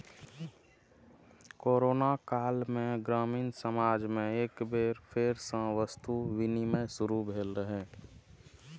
corona काल मे ग्रामीण समाज मे एक बेर फेर सं वस्तु विनिमय शुरू भेल रहै